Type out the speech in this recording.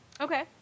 okay